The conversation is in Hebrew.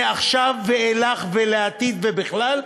מעכשיו ואילך ולעתיד ובכלל,